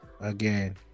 Again